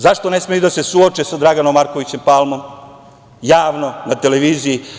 Zašto ne smeju da se suoče sa Draganom Markovićem Palmom, javno, na televiziji?